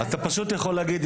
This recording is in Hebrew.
יש